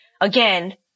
again